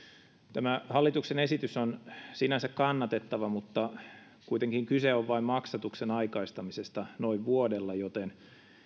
tämä hallituksen esitys on sinänsä kannatettava mutta kuitenkin kyse on vain maksatuksen aikaistamisesta noin vuodella joten